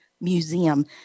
Museum